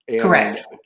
Correct